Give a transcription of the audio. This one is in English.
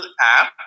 app